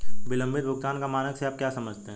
विलंबित भुगतान का मानक से आप क्या समझते हैं?